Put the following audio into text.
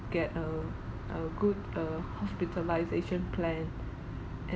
get a a good uh hospitalisation plan and